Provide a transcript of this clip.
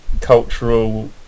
cultural